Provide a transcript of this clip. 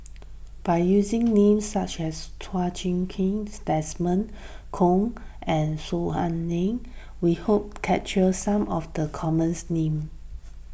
by using names such as Chua Chim Kang Desmond Kon and Saw Ang we hope capture some of the common names